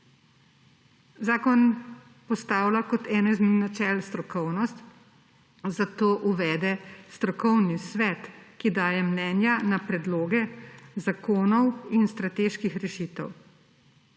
Zakon postavlja kot eno izmed načel strokovnost, zato uvede strokovni svet, ki daje mnenja na predloge zakonov in strateških rešitev.